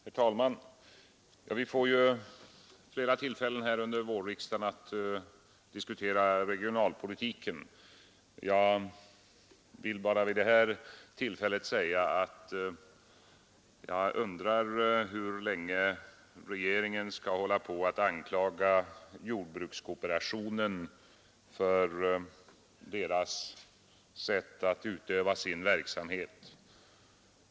Herr talman! Vi får ju flera tillfällen under vårriksdagen att diskutera regionalpolitiken. Jag vill bara vid det här tillfället säga att jag undrar hur länge regeringen skall hålla på med att anklaga jordbrukskooperationen för dess sätt att utöva sin verksamhet.